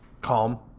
Calm